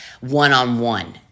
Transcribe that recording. one-on-one